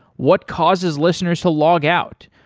what causes listeners to log out,